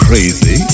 Crazy